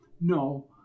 No